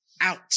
out